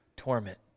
Torment